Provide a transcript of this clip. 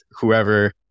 whoever